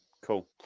Cool